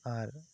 ᱟᱨ